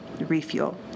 refuel